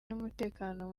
n’umutekano